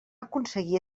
aconseguir